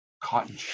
cotton